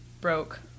broke